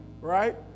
Right